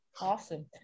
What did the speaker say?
awesome